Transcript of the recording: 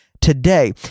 today